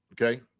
Okay